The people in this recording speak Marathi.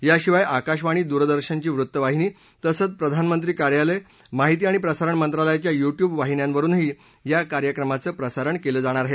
याशिवाय आकाशवाणी दूरदर्शनची वृत्तवाहिनी तसंच प्रधानमंत्री कार्यालय माहिती आणि प्रसारण मंत्रालयाच्या युद्विव वाहिन्यांवरूनही या कार्यक्रमाचं प्रसारण केलं जाणार आहे